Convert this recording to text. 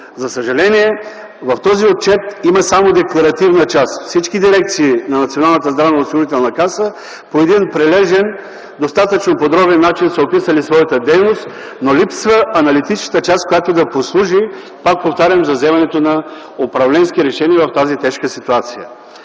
За съжаление, в този отчет има само декларативна част. Всички дирекции на Националната здравноосигурителна каса по един прилежен, достатъчно подробен начин са описали своята дейност, но липсва аналитичната част, която да послужи, пак повтарям, за вземането на управленски решения в тази тежка ситуация.